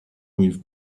with